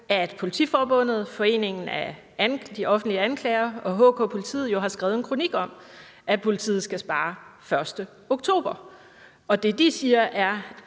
at Politiforbundet, Foreningen af Offentlige Anklagere og HK Politiet har skrevet en kronik om, at politiet skal spare 1. oktober. Det, de siger, er,